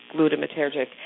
glutamatergic